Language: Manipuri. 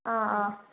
ꯑꯥ ꯑꯥ